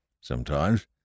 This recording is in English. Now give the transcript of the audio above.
Sometimes